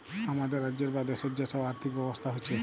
হামাদের রাজ্যের বা দ্যাশের যে সব আর্থিক ব্যবস্থা হচ্যে